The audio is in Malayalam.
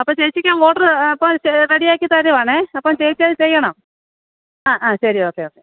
അപ്പം ചേച്ചിക്ക് ഞാൻ ഓർഡറ് അപ്പം റെഡിയാക്കി തരുവാണേൽ അപ്പം ചേച്ചി അത് ചെയ്യണം ആ ആ ശരി ഓക്കെ ഓക്കെ